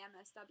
MSW